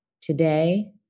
today